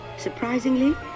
surprisingly